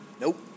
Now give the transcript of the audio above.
Nope